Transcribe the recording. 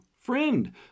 friend